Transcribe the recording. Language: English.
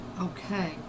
okay